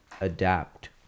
adapt